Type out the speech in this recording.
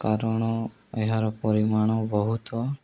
କାରଣ ଏହାର ପରିମାଣ ବହୁତ